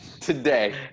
Today